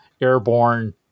airborne